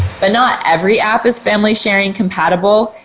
but not every app has family sharing compatible,